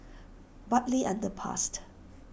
Bartley Underpassed